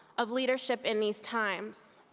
of leadership in these times?